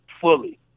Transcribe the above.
fully